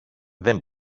δεν